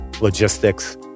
logistics